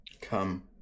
come